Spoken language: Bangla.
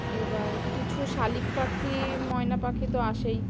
এবার কিছু শালিক পাখি ময়না পাখি তো আসেই